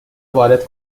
وارد